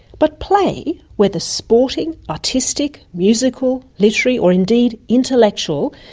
but play, whether sporting, artistic, musical, literary or indeed intellectual,